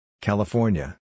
California